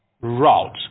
route